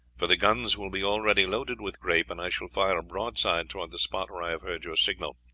for the guns will be already loaded with grape, and i shall fire a broadside towards the spot where i have heard your signal.